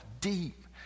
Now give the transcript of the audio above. deep